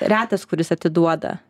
retas kuris atiduoda